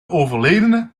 overledene